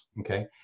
okay